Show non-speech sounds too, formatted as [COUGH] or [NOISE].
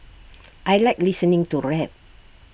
[NOISE] I Like listening to rap